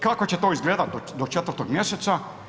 Kako će to izgledat do 4. mjeseca?